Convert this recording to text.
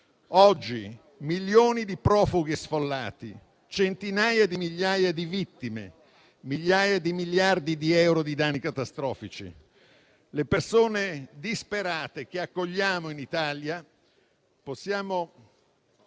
oggi milioni di profughi e sfollati, centinaia di migliaia di vittime, migliaia di miliardi di euro di danni catastrofici? Le persone disperate che accogliamo in Italia sono